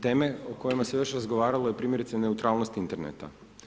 Teme o kojima se još razgovaralo je primjerice neutralnost interneta.